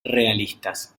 realistas